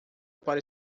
para